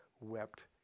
wept